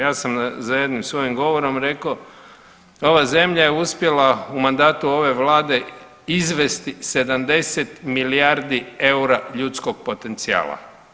Ja sam za jednim svojim govorom rekao, ova zemlja je uspjela u mandatu ove vlade izvesti 70 milijardi eura ljudskog potencijala.